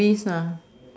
hobbies ah